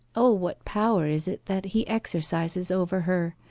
o, what power is it that he exercises over her,